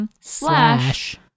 slash